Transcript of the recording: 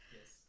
Yes